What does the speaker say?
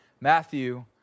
Matthew